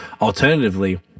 Alternatively